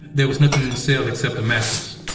there was nothing in the cell except the mattress.